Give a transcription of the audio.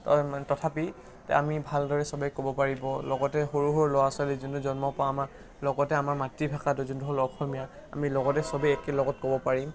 তো মানে তথাপি আমি ভালদৰে সবে ক'ব পাৰিব লগতে সৰু সৰু ল'ৰা ছোৱালী যোনে জন্মৰ পৰা আমাৰ লগতে আমাৰ মাতৃভাষাটো যোনটো হ'ল অসমীয়া আমি লগতে সবে একে লগত ক'ব পাৰিম